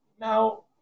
Now